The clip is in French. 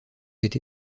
été